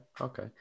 Okay